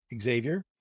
Xavier